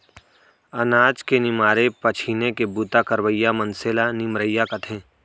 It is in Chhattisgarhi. अनाज के निमारे पछीने के बूता करवइया मनसे ल निमरइया कथें